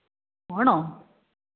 ആണോ